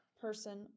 person